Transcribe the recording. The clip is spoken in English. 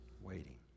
Waiting